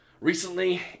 recently